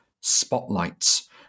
spotlights